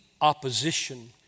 opposition